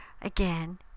Again